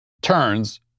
turns